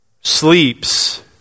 sleeps